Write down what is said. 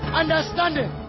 understanding